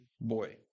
boy